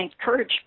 encourage